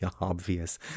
obvious